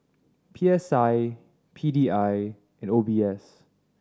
P S I P D I and O B S